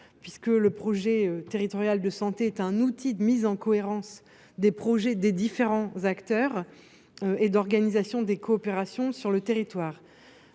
handicap, le projet territorial de santé étant un outil de mise en cohérence des projets des différents acteurs et d’organisation des coopérations sur le territoire.